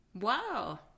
Wow